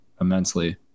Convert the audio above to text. immensely